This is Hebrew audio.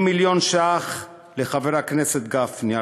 80 מיליון ש"ח לחבר הכנסת גפני,